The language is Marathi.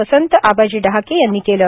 वसंत आबाजी डहाके यांनी केले